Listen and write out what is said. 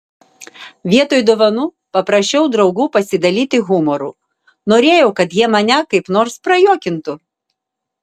vietoj dovanų paprašiau draugų pasidalyti humoru norėjau kad jie mane kaip nors prajuokintų